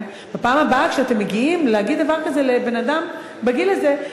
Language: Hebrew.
שבפעם הבאה שאתם מגיעים להגיד דבר כזה לבן-אדם בגיל הזה,